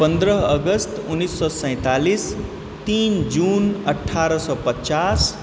पन्द्रह अगस्त उन्नैस सए सैंतालिस तीन जून अठारह सए पचास